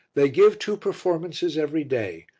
they give two performances every day,